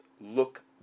look